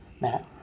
Matt